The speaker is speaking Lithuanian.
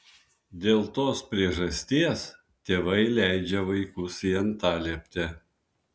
dėl tos priežasties tėvai leidžia vaikus į antalieptę